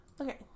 Okay